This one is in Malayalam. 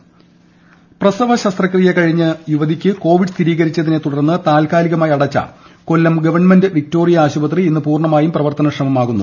കൊല്ലം ആശുപത്രി പ്രസവ ശസ്ത്രക്രിയ കഴിഞ്ഞ യുവതിക്ക് കോവിഡ് സ്ഥിരീകരിച്ചതിനെ തുടർന്ന് താൽക്കാലികമായി അടച്ച കൊല്ലം ഗവൺമെന്റ് വിക്ടോറിയ ആശുപത്രി ഇന്ന് പൂർണ്ണമായും പ്രവർത്തനക്ഷമമാകും